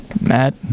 Matt